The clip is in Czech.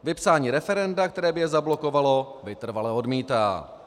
Vypsání referenda, které by je zablokovalo, vytrvale odmítá.